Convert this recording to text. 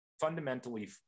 fundamentally